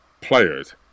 players